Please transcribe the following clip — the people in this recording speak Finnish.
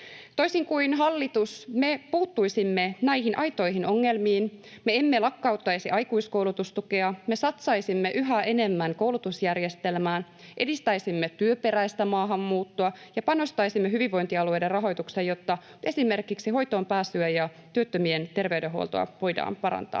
Toisin kuin hallitus, me puuttuisimme näihin aitoihin ongelmiin. Me emme lakkauttaisi aikuiskoulutustukea, me satsaisimme yhä enemmän koulutusjärjestelmään, edistäisimme työperäistä maahanmuuttoa ja panostaisimme hyvinvointialueiden rahoitukseen, jotta esimerkiksi hoitoon pääsyä ja työttömien terveydenhuoltoa voidaan parantaa.